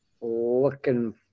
looking